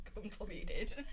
Completed